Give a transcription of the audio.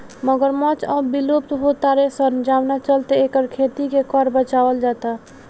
मगरमच्छ अब विलुप्त हो तारे सन जवना चलते एकर खेती के कर बचावल जाता